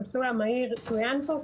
המסלול המהיר צוין פה.